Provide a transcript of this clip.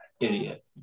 idiot